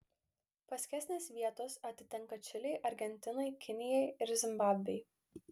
paskesnės vietos atitenka čilei argentinai kinijai ir zimbabvei